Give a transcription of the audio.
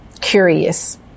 curious